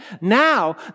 now